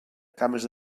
cames